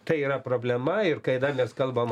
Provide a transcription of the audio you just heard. tai yra problema ir kada mes kalbam